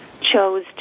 chose